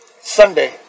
Sunday